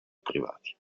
privati